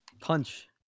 Punch